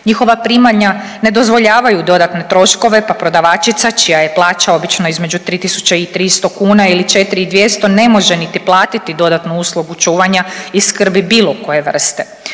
Njihova primanja ne dozvoljavaju dodatne troškove, pa prodavačica čija je plaća obično između 3 tisuće i 300 kuna ili 4 i 200 ne može niti platiti dodatnu uslugu čuvanja i skrbi bilo koje vrste.